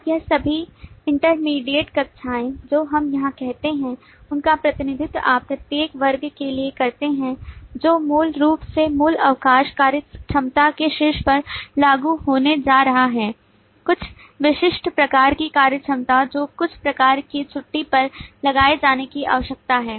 और यह सभी इंटरमीडिएट कक्षाएं जो हम यहां दिखाते हैं उनका प्रतिनिधित्व आप प्रत्येक वर्ग के लिए करते हैं जो मूल रूप से मूल अवकाश कार्यक्षमता के शीर्ष पर लागू होने जा रहा है कुछ विशिष्ट प्रकार की कार्यक्षमता जो कुछ प्रकार के छुट्टी पर लगाए जाने की आवश्यकता है